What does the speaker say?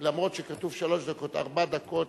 אף שכתוב שלוש דקות, ארבע דקות.